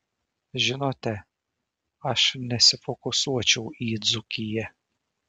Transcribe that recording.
žinote aš nesifokusuočiau į dzūkiją